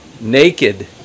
naked